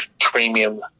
premium